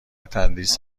تندیس